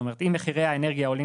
אם מחירי האנרגיה עולים,